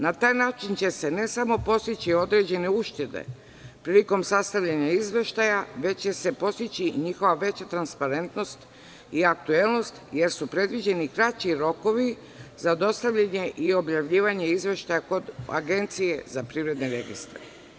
Na taj način će se, ne samo postići određene uštede prilikom sastavljanja izveštaja, već će se postići njihova veća transparentnost i aktuelnost, jer su predviđeni kraći rokovi za dostavljanje i objavljivanje izveštaja kod Agencije za privredne registre.